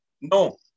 No